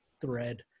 thread